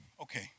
Okay